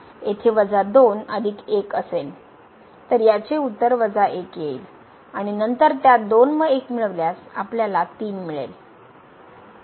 येथे वजा 2 अधिक 1 असेल तर याचे उत्तर वजा 1 येईल आणि नंतर त्यात 2 व 1 मिळवल्यास आपल्याला 3 मिळेल